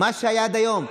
מה שהיה עד היום.